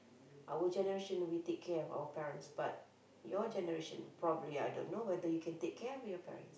our generation we take care of our parents but your generation probably I don't know whether you can take care of your parents